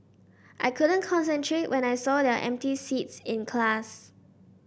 I couldn't concentrate when I saw their empty seats in class